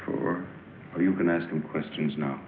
for you can ask him questions now